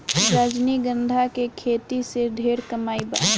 रजनीगंधा के खेती से ढेरे कमाई बा